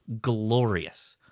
glorious